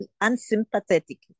unsympathetic